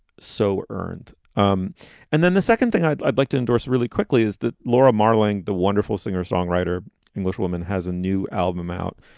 so earned. um and then the second thing i'd i'd like to endorse really quickly is that laura marling, the wonderful singer songwriter englishwoman, has a new album out,